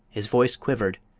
his voice quivered,